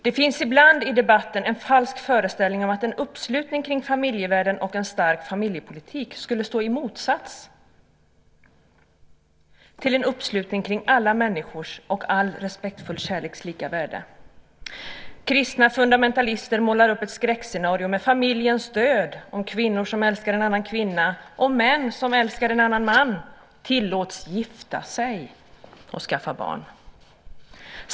Det finns ibland i debatten en falsk föreställning om att en uppslutning kring familjevärden och en stark familjepolitik skulle stå i motsatsställning till en uppslutning kring alla människors och all respektfull kärleks lika värde. Kristna fundamentalister målar upp ett skräckscenario med familjens död om kvinnor som älskar en annan kvinna och om män som älskar en annan man tillåts gifta sig och skaffa barn.